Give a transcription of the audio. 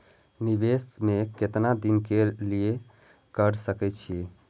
निवेश में केतना दिन के लिए कर सके छीय?